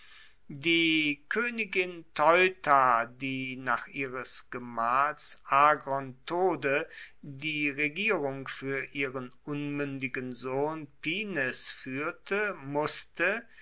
die koenigin teuta die nach ihres gemahls agron tode die regierung fuer ihren unmuendigen sohn pinnes fuehrte musste